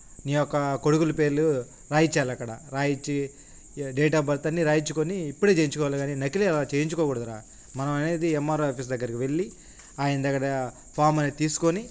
నీ యొక్క కొడుకులు పేర్లు రాయించాలి అక్కడ రాయించి డేట్ ఆఫ్ బర్త్ అన్నీ రాయించుకొని ఇప్పుడే చేయించుకోవాలి కానీ నకిలి అలా చేయించుకోకూడదు రా మనం అనేది ఎంఆర్ఓ ఆఫీస్ దగ్గరకు వెళ్ళి ఆయన దగ్గర ఫామ్ అనేది తీసుకొని